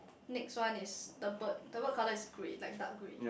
next one is the bird the bird colour is grey like dark grey